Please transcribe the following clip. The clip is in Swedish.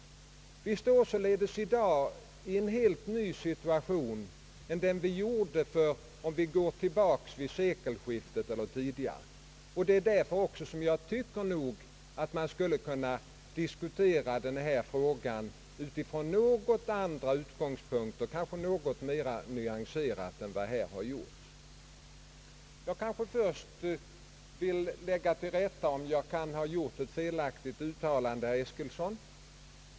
Vi befinner oss således i dag i en helt annan situation än den vi befann oss i vid sekelskiftet eller tidigare. Därför tycker jag nog att vi skulle kunna diskutera denna fråga från andra utgångspunkter, kanske något mera nyanserat, än vad som här har skett. Jag vill först göra ett tillrättaläggande, herr Eskilsson, om jag har gjort ett felaktigt uttalande.